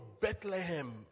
Bethlehem